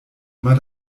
immer